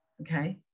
okay